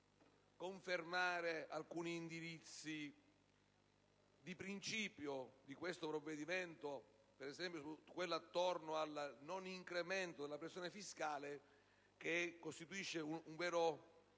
confermare alcuni indirizzi di principio di questo provvedimento, per esempio quello sul non incremento della pressione fiscale, che costituisce una vero